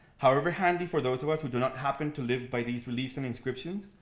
however handy for those of us who do not happen to live by these beliefs and inscriptions,